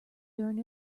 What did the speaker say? during